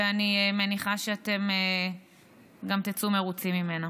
ואני מניחה שאתם תצאו מרוצים גם ממנה.